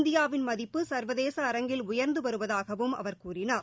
இந்தியாவின் மதிப்பு சர்வதேச அரங்கில் உயர்ந்து வருவதாகவும் அவர் கூறினார்